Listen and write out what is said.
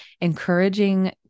encouraging